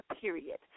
period